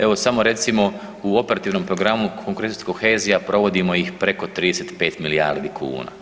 Evo samo recimo u Operativnom programu konkurentnost i kohezija provodimo ih preko 35 milijardi kuna.